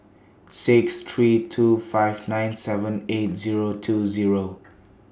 six three two five nine seven eight Zero two Zero